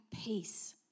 peace